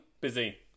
Busy